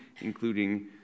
including